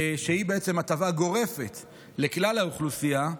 שהיא בעצם הטבה גורפת לכלל האוכלוסייה.